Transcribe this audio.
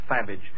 savage